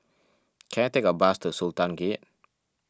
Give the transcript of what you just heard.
can I take a bus to Sultan Gate